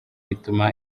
ituma